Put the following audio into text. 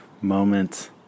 moments